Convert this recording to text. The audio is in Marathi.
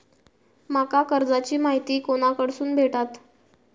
माका कर्जाची माहिती कोणाकडसून भेटात?